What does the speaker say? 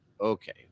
okay